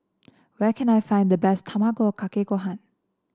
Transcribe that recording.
where can I find the best Tamago Kake Gohan